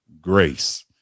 grace